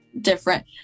different